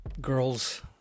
girls